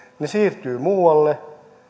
he siirtyvät muualle